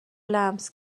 لمس